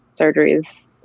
surgeries